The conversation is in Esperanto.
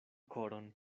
koron